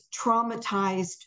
traumatized